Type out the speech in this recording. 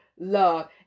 love